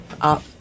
up